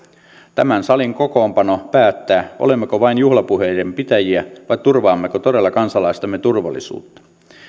tämän salin kokoonpano päättää olemmeko vain juhlapuheiden pitäjiä vai turvaammeko todella kansalaistemme turvallisuutta